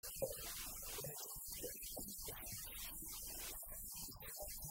כוח או נתינת כוח, על מה זה מבוסס? שחלק מהזכויות ש...